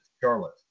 Charlotte